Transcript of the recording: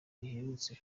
riherutse